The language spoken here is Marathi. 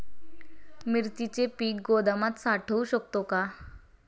मिरचीचे पीक गोदामात साठवू शकतो का?